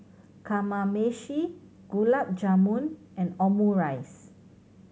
Kamameshi Gulab Jamun and Omurice